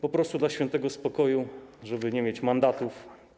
Po prostu dla świętego spokoju, żeby nie mieć mandatów.